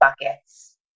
buckets